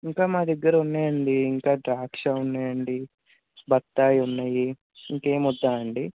ఇంకా మా దగ్గర ఉన్నాయండి ఇంకా ద్రాక్ష ఉన్నాయండి బత్తాయి ఉన్నాయి ఇంకేమి వద్దా అండి